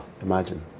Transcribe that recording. imagine